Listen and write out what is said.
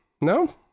No